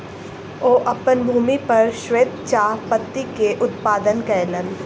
ओ अपन भूमि पर श्वेत चाह पत्ती के उत्पादन कयलैन